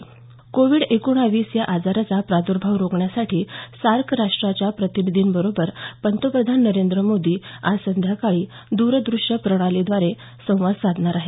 Covid एकोणीस या आजाराचा प्रादुर्भाव रोखण्यासाठी सार्क राष्ट्रांच्या प्रतिनिधींबरोबर पंतप्रधान नरेंद्र मोदी आज संध्याकाळी द्रदश्य प्रणालीद्वारे संवाद साधणार आहेत